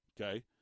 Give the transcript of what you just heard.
okay